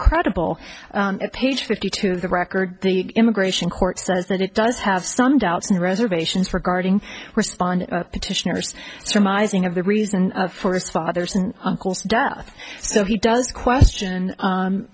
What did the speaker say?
credible at page fifty two the record the immigration court says that it does have some doubts and reservations regarding respond petitioner's surmising of the reason for his father's death so he does question